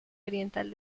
oriental